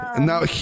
Now